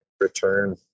return